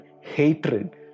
hatred